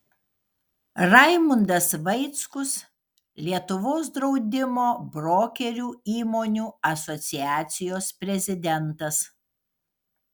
raimundas vaickus lietuvos draudimo brokerių įmonių asociacijos prezidentas